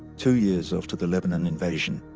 two years after the lebanon invasion,